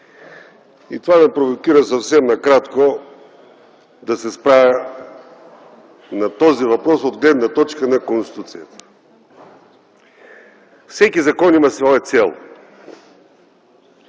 Това ме провокира съвсем накратко да се спра на този въпрос от гледна точка на Конституцията. Всеки закон има своя цел.